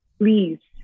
please